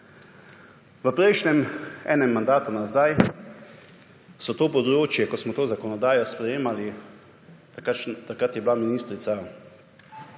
V prejšnjem enem mandatu nazaj so to področje, ko smo to zakonodajo sprejemali takrat je bila ministrica